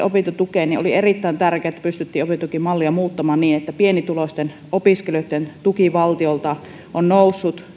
opintotukeen oli erittäin tärkeää että pystyttiin opintotukimallia muuttamaan niin että pienituloisten opiskelijoitten tuki valtiolta on noussut